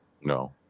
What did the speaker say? No